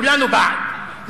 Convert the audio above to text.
כולנו בעד,